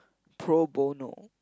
pro bono